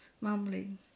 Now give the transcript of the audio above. mumbling